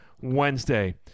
Wednesday